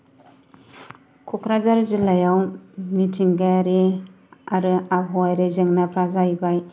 क'क्राझार जिल्लायाव मिथिंगायारि आरो आबहावायारि जेंनाफ्रा जाहैबाय